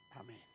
Amen